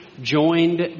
joined